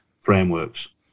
frameworks